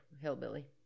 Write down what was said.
hillbilly